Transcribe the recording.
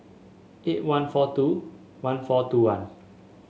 eight one four two one four two one